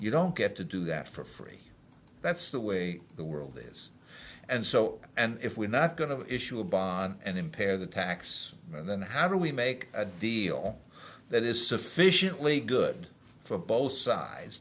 you don't get to do that for free that's the way the world is and so and if we're not going to issue a bond and impair the tax then how do we make a deal that is sufficiently good for both sides